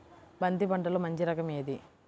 బంతి పంటలో మంచి రకం ఏది?